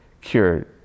cured